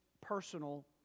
personal